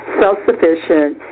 self-sufficient